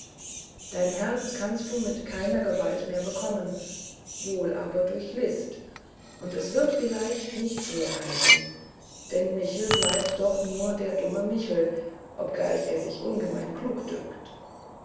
dein herz kannst du mit keiner gewalt mehr bekommen wohl aber durch list und es wird vielleicht nicht schwer halten denn michel bleibt doch nur der dumme michel obgleich er sich ungemein klug dünkt